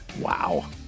Wow